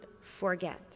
forget